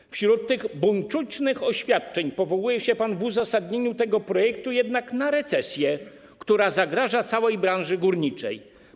Jednak wśród tych buńczucznych oświadczeń powołuje się pan w uzasadnieniu tego projektu na recesję, która zagraża całej branży górniczej.